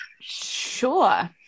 sure